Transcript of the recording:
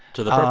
to the